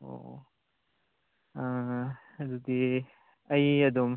ꯑꯣ ꯑꯗꯨꯗꯤ ꯑꯩ ꯑꯗꯨꯝ